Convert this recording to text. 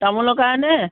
তামোলৰ কাৰণে